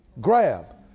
Grab